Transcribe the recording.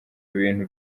bintu